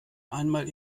einmal